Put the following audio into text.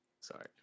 Sorry